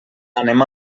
anem